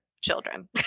children